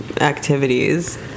activities